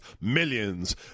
Millions